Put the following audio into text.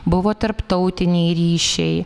buvo tarptautiniai ryšiai